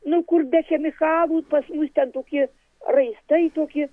nu kur be chemikalų pas mus ten tokie raistai tokie